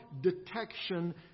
detection